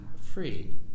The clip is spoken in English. free